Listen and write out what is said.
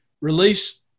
release